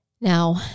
Now